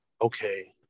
Okay